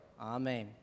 Amen